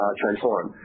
transform